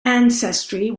ancestry